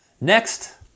Next